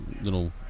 little